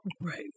Right